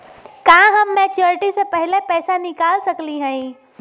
का हम मैच्योरिटी से पहले पैसा निकाल सकली हई?